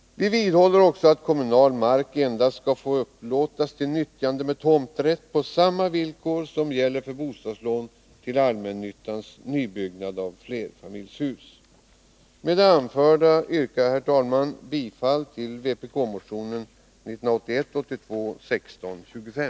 Vi vidhåller också att kommunal mark endast skall få upplåtas till nyttjande med tomträtt på samma villkor som gäller för bostadslån till allmännyttans nybyggnad av flerfamiljshus. Med det anförda yrkar jag, herr talman, bifall till vpk-motionen 1625.